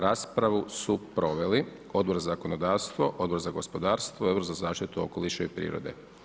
Raspravu su proveli Odbor za zakonodavstvo, Odbor za gospodarstvo i Odbor za zaštitu okoliša i prirode.